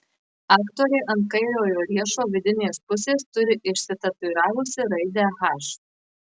aktorė ant kairiojo riešo vidinės pusės turi išsitatuiravusi raidę h